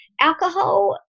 alcohol